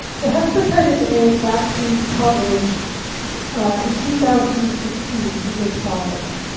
the hepatitis a vaccine coverage in two thousand and sixteen is as follows.